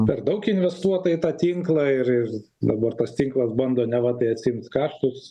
per daug investuota į tą tinklą ir ir dabar tas tinklas bando neva tai atsiimt kaštus